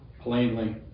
plainly